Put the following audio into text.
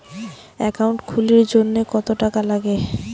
Account খুলির জন্যে কত টাকা নাগে?